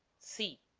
c.